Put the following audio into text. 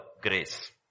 grace